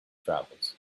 travels